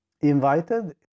invited